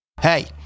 Hey